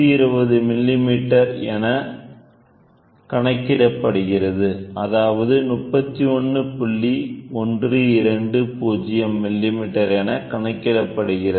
120 millimeter என கணக்கிடப்படுகிறது